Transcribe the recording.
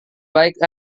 baik